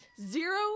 Zero